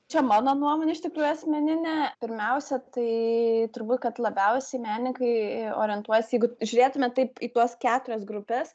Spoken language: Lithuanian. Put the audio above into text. čia mano nuomonė iš tikrųjų asmeninė pirmiausia tai turbūt kad labiausiai menininkai orientuojasi jeigu žiūrėtume taip į tuos keturias grupes